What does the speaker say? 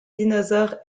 dinosaures